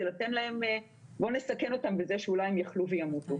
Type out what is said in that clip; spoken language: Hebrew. זה אומר שבוא נסכן אותם בזה שאולי הם יחלו וימותו.